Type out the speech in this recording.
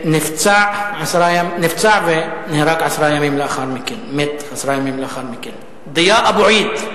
ונפצע ומת עשרה ימים לאחר מכן, דיאא אבו עיד,